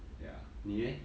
ya 你 eh